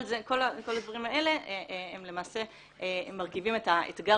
כל הדברים האלה למעשה מרכיבים את האתגר